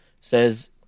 says